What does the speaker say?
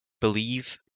believe